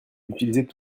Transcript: utiliser